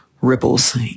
ripples